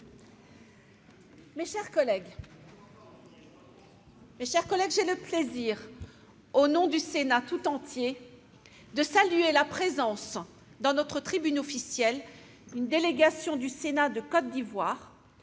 Mes chers collègues, j'ai le grand plaisir, au nom du Sénat tout entier, de saluer la présence, dans notre tribune officielle, d'une délégation du Sénat de Côte d'Ivoire